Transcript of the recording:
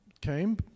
came